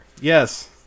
Yes